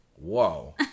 Whoa